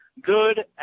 good